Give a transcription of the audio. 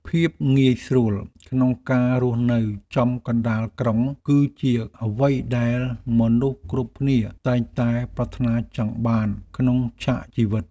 ភាពងាយស្រួលក្នុងការរស់នៅចំកណ្តាលក្រុង គឺជាអ្វីដែលមនុស្សគ្រប់គ្នាតែងតែប្រាថ្នាចង់បានក្នុងឆាកជីវិត។